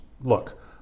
Look